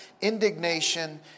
indignation